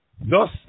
Thus